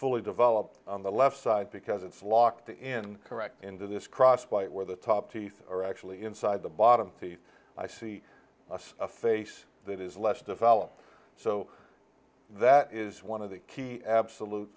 fully developed on the left side because it's locked in correct into this cross quite where the top teeth are actually inside the bottom i see a face that is less developed so that is one of the key